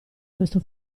questo